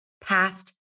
past